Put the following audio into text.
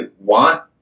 want